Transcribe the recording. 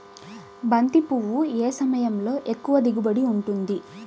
బంతి పువ్వు ఏ సమయంలో ఎక్కువ దిగుబడి ఉంటుంది?